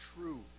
true